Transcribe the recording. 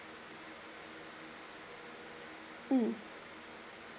mm